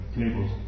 tables